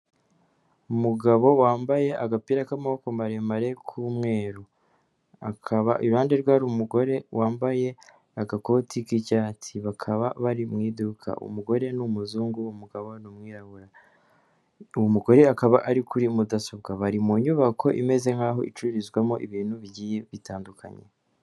Umugabo wambaye agapira k'amaboko maremare k'umweru, akaba iruhande rwe hari umugore wambaye agakoti k'icyatsi bakaba bari mu iduka, umugore n'umuzungu umugabo ni umwirabura, umugore akaba ari kuri mudasobwa bari mu nyubako imeze nk'aho icururizwamo ibintu bigiye bitandukanye.